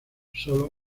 sólo